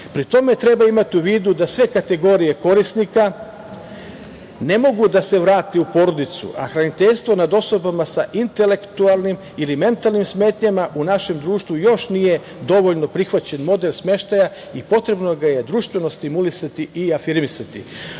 Pritom, treba imati u vidu da sve kategorije korisnika ne mogu da se vrate u porodicu, a hraniteljstvo nad osobama sa intelektualnim ili mentalnim smetnjama u našem društvu još nije dovoljno prihvaćen model smeštaja i potrebno ga je društveno stimulisati i afirmisati. Ono